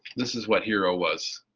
this is what hero was.